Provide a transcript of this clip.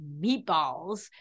meatballs